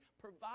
provide